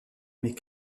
mais